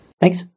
Thanks